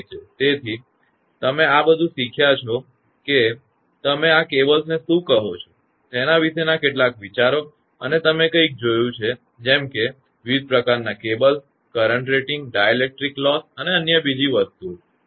તેથી તમે આ બધુ શીખ્યા છો કે તમે આ કેબલ્સને શું કહો છો તેના વિશેના કેટલાક વિચારો અને તમે કંઈક જોયું છે જેમકે વિવિધ પ્રકારનાં કેબલ્સ અને કરંટ રેટિંગ ડાઇલેક્ટ્રિક લોસ અને અન્ય બીજી બધી વસ્તુઓ